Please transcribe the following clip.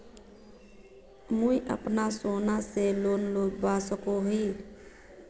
मुई अपना सोना से लोन लुबा सकोहो ही?